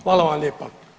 Hvala vam lijepa.